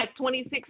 2016